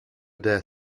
dare